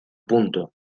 punto